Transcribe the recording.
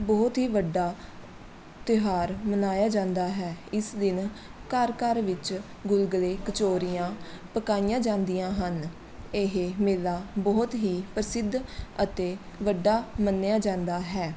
ਬਹੁਤ ਹੀ ਵੱਡਾ ਤਿਉਹਾਰ ਮਨਾਇਆ ਜਾਂਦਾ ਹੈ ਇਸ ਦਿਨ ਘਰ ਘਰ ਵਿੱਚ ਗੁਲਗੁਲੇ ਕਚੌਰੀਆਂ ਪਕਾਈਆਂ ਜਾਂਦੀਆਂ ਹਨ ਇਹ ਮੇਲਾ ਬਹੁਤ ਹੀ ਪ੍ਰਸਿੱਧ ਅਤੇ ਵੱਡਾ ਮੰਨਿਆ ਜਾਂਦਾ ਹੈ